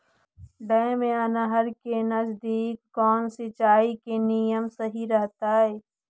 Dam या नहर के नजदीक कौन सिंचाई के नियम सही रहतैय?